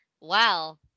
wow